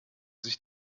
sich